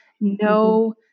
no